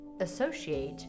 associate